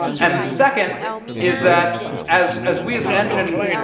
and then the second is that as as we, as an engine,